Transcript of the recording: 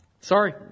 sorry